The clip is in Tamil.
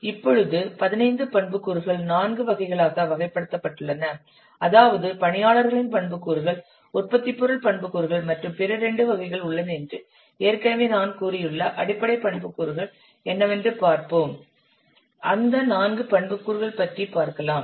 இப்பொழுது 15 பண்புக்கூறுகள் நான்கு வகைகளாக வகைப்படுத்தப்பட்டுள்ளன அதாவது பணியாளர்களின் பண்புக்கூறுகள் உற்பத்திப் பொருள் பண்புக்கூறுகள் மற்றும் பிற இரண்டு வகைகள் உள்ளன என்று ஏற்கனவே நான் கூறியுள்ள அடிப்படை பண்புக்கூறுகள் என்னவென்று பார்ப்போம் அந்த நான்கு பண்புக்கூறுகள் பற்றி பார்க்கலாம்